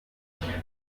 cyane